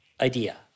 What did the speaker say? idea